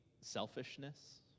selfishness